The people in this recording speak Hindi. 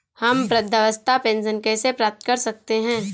हम वृद्धावस्था पेंशन कैसे प्राप्त कर सकते हैं?